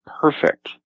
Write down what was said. perfect